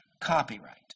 copyright